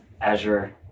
Azure